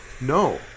no